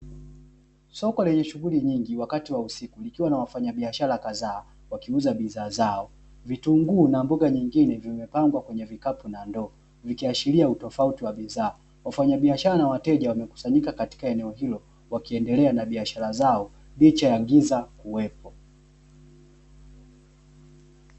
Soko lenye shughuli nyingi wakati wa usiku likiwa na wafanyabiashara kadhaa wakiuza bidhaa zao vitunguu na mboga nyingine vimepangwa kwenye vikapu na ndoo vikiashiria utofauti wa bidhaa, wafanyabiashara na wateja wamekusanyika katika eneo hilo wakiendelea na biashara zao licha ya giza kuwepo.